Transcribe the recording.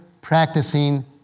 practicing